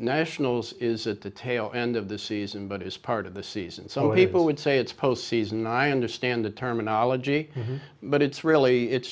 nationals is at the tail end of the season but is part of the season so he would say it's post season i understand the terminology but it's really it's